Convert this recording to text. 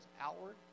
outward